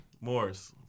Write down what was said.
Morris